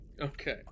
Okay